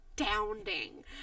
astounding